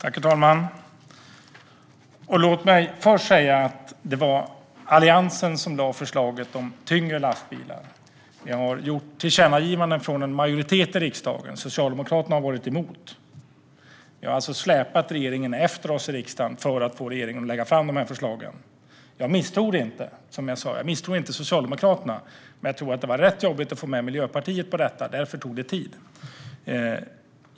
Herr talman! Låt mig först säga att det var Alliansen som lade fram förslaget om tyngre lastbilar. Vi har gjort tillkännagivanden från en majoritet i riksdagen, och Socialdemokraterna har varit emot. Vi har alltså släpat regeringen efter oss i riksdagen för att få regeringen att lägga fram förslagen. Jag misstror inte Socialdemokraterna, som jag sa. Men jag tror att det var rätt jobbigt att få med Miljöpartiet på detta, och därför tog det tid.